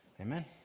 Amen